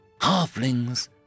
Halflings